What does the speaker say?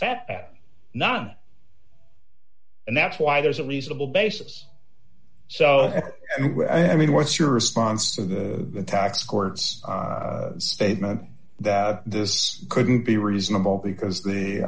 fat not and that's why there's a reasonable basis so i mean what's your response to the tax court's statement that this couldn't be reasonable because the